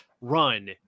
run